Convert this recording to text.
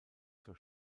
zur